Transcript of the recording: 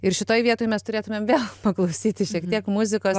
ir šitoj vietoj mes turėtumėm vėl paklausyti šiek tiek muzikos